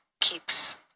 keeps